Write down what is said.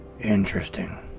Interesting